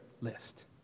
list